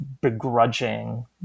begrudging